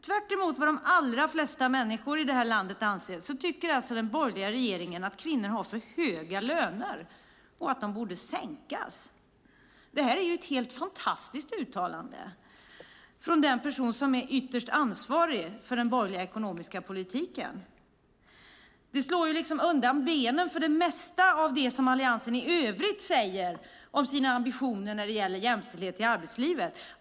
Tvärtemot vad de allra flesta människor i det här landet anser tycker alltså den borgerliga regeringen att kvinnor har för höga löner och att dessa borde sänkas - ett helt fantastiskt uttalande från den person som ytterst är ansvarig för den borgerliga ekonomiska politiken. Det slår ju liksom undan benen för det mesta av det som Alliansen i övrigt säger om sina ambitioner när det gäller jämställdhet i arbetslivet.